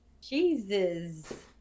Jesus